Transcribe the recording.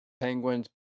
Penguins